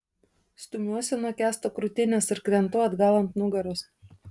stumiuosi nuo kęsto krūtinės ir krentu atgal ant nugaros